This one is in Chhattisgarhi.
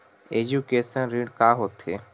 एजुकेशन ऋण का होथे?